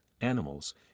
animals